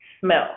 smell